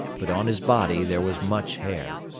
but on his body there was much hair.